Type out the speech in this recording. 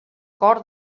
cor